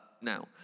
Now